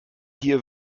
hier